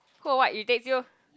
who or what irritates you